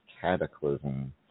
cataclysm